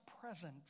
presence